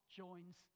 joins